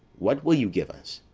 what will you give us?